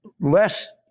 less